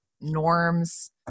norms